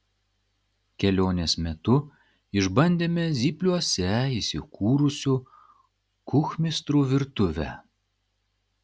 kelionės metu išbandėme zypliuose įsikūrusių kuchmistrų virtuvę